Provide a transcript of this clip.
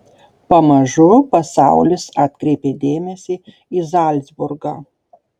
pamažu pasaulis atkreipė dėmesį į zalcburgą